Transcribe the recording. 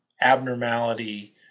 abnormality